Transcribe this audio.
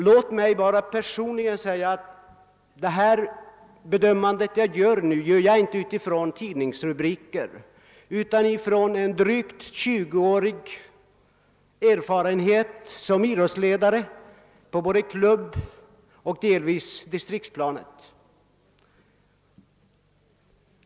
Låt mig personligen säga att jag gör mitt bedömande inte med utgångspunkt i tidningsrubriker utan från en drygt 20-årig erfarenhet som idrottsledare dels på klubbplanet, dels på distriktsplanet.